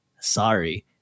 sorry